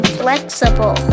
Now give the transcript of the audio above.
flexible